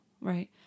Right